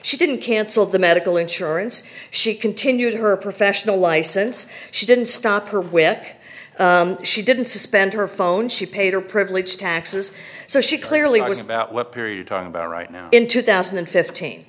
she didn't cancel the medical insurance she continued her professional license she didn't stop her where she didn't suspend her phone she paid her privilege taxes so she clearly was about what period talking about right now in two thousand and fifteen